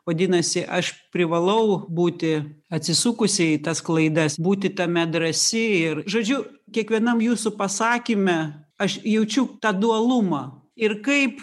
vadinasi aš privalau būti atsisukusi į tas klaidas būti tame drąsi ir žodžiu kiekvienam jūsų pasakyme aš jaučiu tą dualumą ir kaip